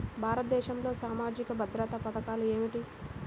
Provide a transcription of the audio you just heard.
భారతదేశంలో సామాజిక భద్రతా పథకాలు ఏమిటీ?